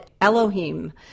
Elohim